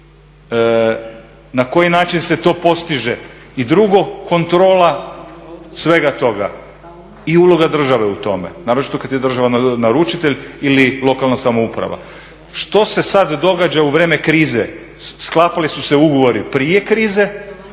na koji način se to postiže i drugo, kontrola svega toga i uloga države u tome, naročito kad je država naručitelj ili lokalna samouprava. Što se sad događa u vrijeme krize? Sklapali su se ugovori prije krize,